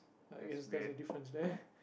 I guess there's a difference there